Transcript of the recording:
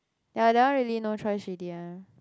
ya that one really no choice already ah